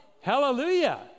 Hallelujah